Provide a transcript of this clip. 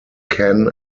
ken